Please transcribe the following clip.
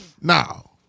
now